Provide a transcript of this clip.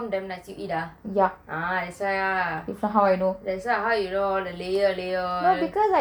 confirm damn nice you eat ah that's why ah that's why how you know the layer layer then